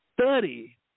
Study